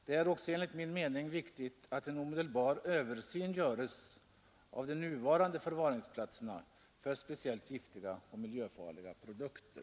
Det är också enligt min mening viktigt att en omedelbar översyn göres av de nuvarande förvaringsplatserna för speciellt giftiga och miljöfarliga produkter.